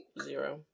Zero